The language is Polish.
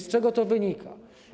Z czego to wynika?